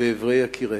באיברי יקיריהן.